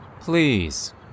Please